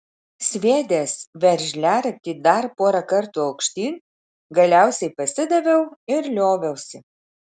sviedęs veržliaraktį dar pora kartų aukštyn galiausiai pasidaviau ir lioviausi